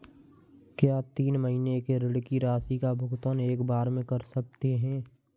क्या तीन महीने के ऋण की राशि का भुगतान एक बार में कर सकते हैं?